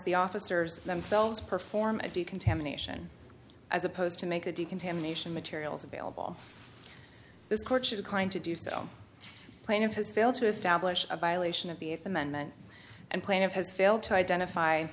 the officers themselves perform a decontamination as opposed to make a decontamination materials available this courtship inclined to do so plaintiff has failed to establish a violation of the th amendment and plaintiff has failed to identify